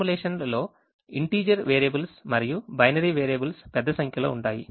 ఫార్ములేషన్లు లో integer variables మరియు binary variables పెద్ద సంఖ్యలో కలిగి ఉంటాయి